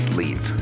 leave